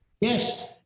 Yes